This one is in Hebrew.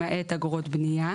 למעט אגרות בנייה.